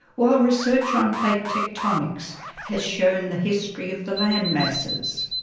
while research on plate tectonics has shown the history of the land masses.